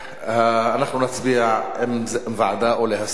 אנחנו נצביע אם זו ועדה או להסיר.